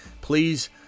Please